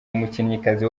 umukinnyikazi